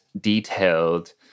detailed